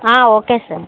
okay sir